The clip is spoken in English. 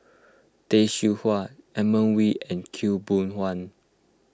Tay Seow Huah Edmund Wee and Khaw Boon Wan